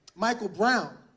michael brown,